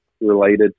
related